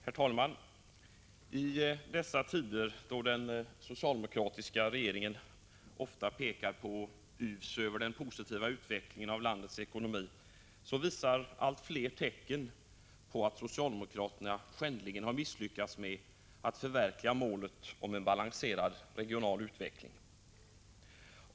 Herr talman! I dessa tider, då den socialdemokratiska regeringen ofta pekar på och yvs över den positiva utvecklingen av landets ekonomi, visar allt fler tecken på att socialdemokraterna skändligen misslyckats med att förverkliga målet om en balanserad regional utveckling.